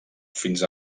fins